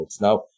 Now